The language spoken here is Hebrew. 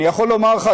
אני יכול לומר לך,